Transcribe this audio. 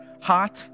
hot